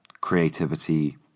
creativity